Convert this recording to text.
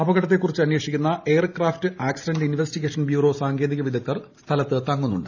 അപകടത്തെക്കുറിച്ച് അന്വേഷിക്കുന്ന aircraft accident investigation bureau സാങ്കേതിക വിദഗ്ദ്ധർ സ്ഥലത്ത് തങ്ങുന്നുണ്ട്